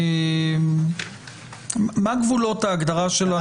מה גבולות ההגדרה?